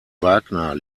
wagner